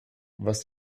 was